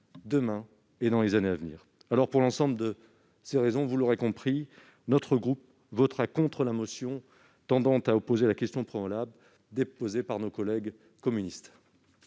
demain et dans les années à venir. Pour l'ensemble de ces raisons, notre groupe votera contre la motion tendant à opposer la question préalable présentée par nos collègues communistes.